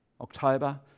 October